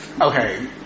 okay